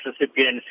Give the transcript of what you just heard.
recipients